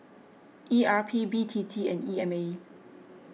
E R P B T T and E M A